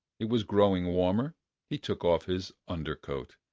it was growing warmer he took off his under-coat,